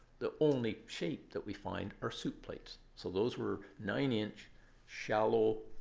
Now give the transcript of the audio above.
the only shape that we find are soup plates. so those were nine inch shallow